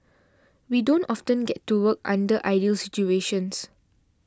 we don't often get to work under ideal situations